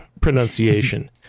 pronunciation